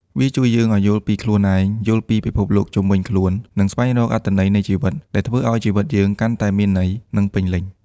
វាជួយយើងឱ្យយល់ពីខ្លួនឯង យល់ពីពិភពលោកជុំវិញខ្លួន និងស្វែងរកអត្ថន័យនៃជីវិត ដែលធ្វើឱ្យជីវិតយើងកាន់តែមានន័យ និងពេញលេញ។